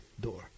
door